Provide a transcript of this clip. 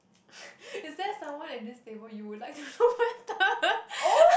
is there someone in this table you would like to know better